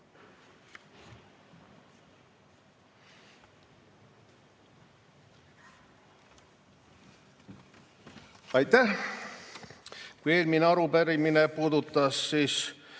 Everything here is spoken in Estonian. Aitäh! Kui eelmine arupärimine puudutas